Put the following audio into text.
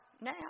now